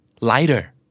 Lighter